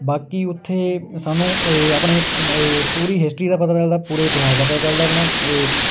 ਬਾਕੀ ਉੱਥੇ ਸਾਨੂੰ ਇਹ ਆਪਣੇ ਇਹ ਪੂਰੀ ਹਿਸਟਰੀ ਦਾ ਪਤਾ ਲੱਗਦਾ ਪੂਰੇ ਇਤਿਹਾਸ ਦਾ ਚੱਲਦਾ ਆਪਣਾ ਇਹ